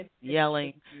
yelling